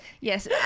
yes